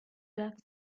that